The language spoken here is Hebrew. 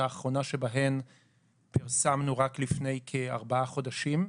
את האחרונה שבהן פרסמנו רק לפני כארבעה חודשים,